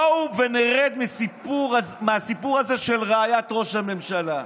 בואו ונרד מהסיפור הזה של רעיית ראש הממשלה.